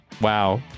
Wow